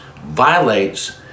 violates